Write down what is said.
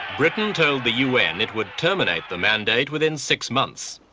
britain told the un it would terminate the mandate within six months.